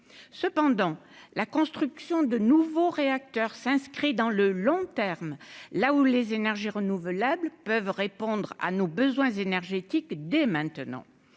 cependant la construction de nouveaux réacteurs s'inscrit dans le long terme, là où les énergies renouvelables peuvent répondre à nos besoins énergétiques, dès maintenant,